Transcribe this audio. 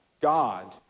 God